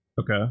Okay